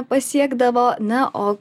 pasiekdavo na o